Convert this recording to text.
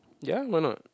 yah why not